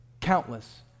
Countless